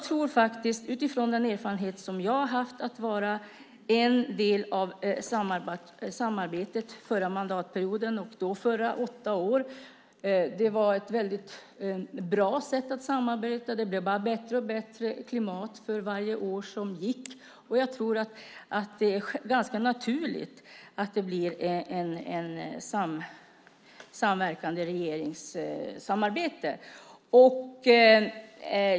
Min erfarenhet av att vara en del av samarbetet förra mandatperioden under åtta år är att det var ett väldigt bra samarbete. Det blev bara bättre och bättre klimat för varje år som gick. Jag tror att det är ganska naturligt att det blir ett samverkande regeringsarbete.